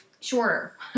shorter